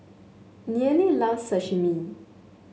Nealie loves Sashimi